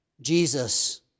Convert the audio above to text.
Jesus